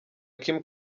kim